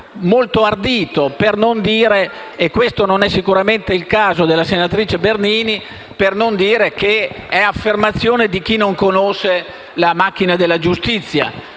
molto ardito, per non dire - e questo non è sicuramente il caso della senatrice Bernini - che è affermazione di chi non conosce la macchina della giustizia,